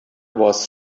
was